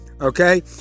okay